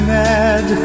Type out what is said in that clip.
mad